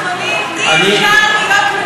אחרי האירועים האחרונים אי-אפשר להיות,